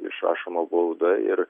išrašoma bauda ir